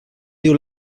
diu